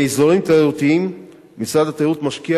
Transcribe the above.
באזורים תיירותיים משרד התיירות משקיע